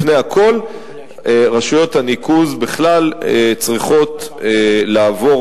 לפני הכול רשויות הניקוז בכלל צריכות לעבור